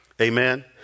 Amen